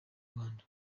rwanda